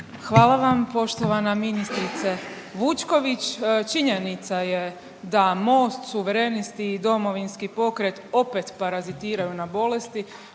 Hvala vam poštovana ministrice Vučković. Činjenica je da Most, Suverenisti i Domovinski pokret opet parazitiraju na bolesti.